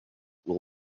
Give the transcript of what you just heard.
will